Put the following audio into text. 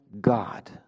God